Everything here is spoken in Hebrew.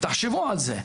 תחשבו על זה,